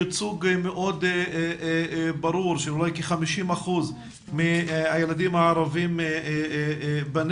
יש ייצוג מאוד ברור של אולי כ-50 אחוזים מהילדים הערבים בנגב.